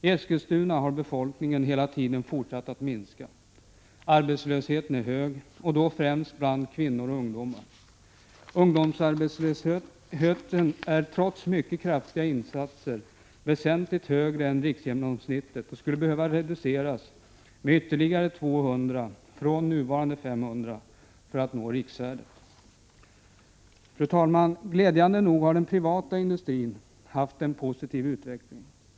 I Eskilstuna har befolkningsmängden hela tiden fortsatt att minska och arbetslösheten är hög — främst bland kvinnor och ungdomar. Ungdomsarbetslösheten är, trots mycket kraftiga insatser, väsentligt högre än riksgenomsnittet. Den skulle behöva reduceras med ytterligare 200 personer, från nuvarande 500, för att nå riksvärdet. Fru talman! Den privata industrin har glädjande nog haft en positiv utveckling.